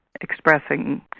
expressing